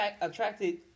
attracted